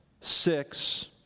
six